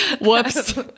Whoops